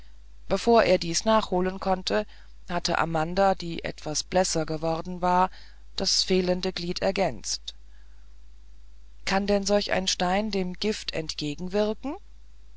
bevor er dies nachholen konnte hatte aber amanda die etwas blässer geworden war das fehlende glied ergänzt kann denn solch ein stein dem gift entgegenwirken